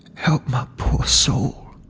help my poor soul.